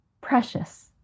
precious